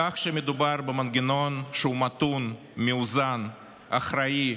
כך שמדובר במנגנון שהוא מתון, מאוזן, אחראי,